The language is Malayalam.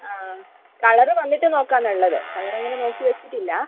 ആ കളർ വന്നിട്ട് നോക്കാമെന്നാണ് ഉള്ളത് കളറങ്ങനെ നോക്കി വച്ചിട്ടില്ല